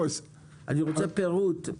אני רוצה פירוט,